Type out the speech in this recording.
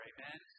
Amen